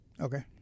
okay